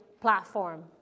platform